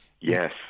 Yes